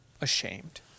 ashamed